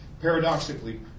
Paradoxically